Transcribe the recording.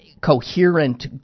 coherent